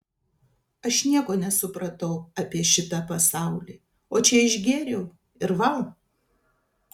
aš nieko nesupratau apie šitą pasaulį o čia išgėriau ir vau